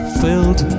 filled